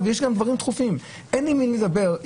יש דברים דחופים אבל אין עם מי לדבר.